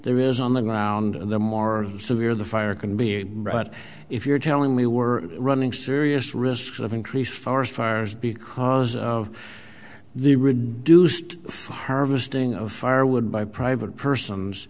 there is on the ground the more severe the fire can be a rut if you're telling me we're running serious risks of increased forest fires because of the reduced harvesting of firewood by private persons